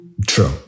True